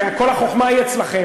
הרי כל החוכמה היא אצלכם.